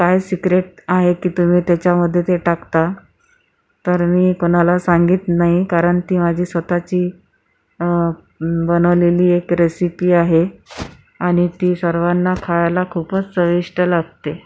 काय सिक्रेट आहे की तुम्ही त्याच्यामध्ये ते टाकता तर मी कुणाला सांगत नाही कारण ती माझी स्वतःची बनवलेली एक रेसिपी आहे आणि ती सर्वांना खायला खूपच चविष्ट लागते